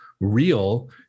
real